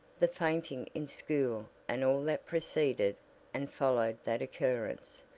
the fainting in school and all that preceded and followed that occurrence.